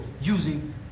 using